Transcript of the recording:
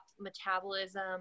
metabolism